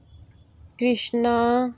Krishna